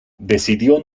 decidió